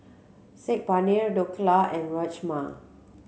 Saag Paneer Dhokla and Rajma